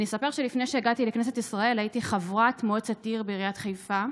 אני אספר שלפני שהגעתי לכנסת ישראל הייתי חברת מועצת העיר בעיריית חיפה,